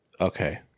Okay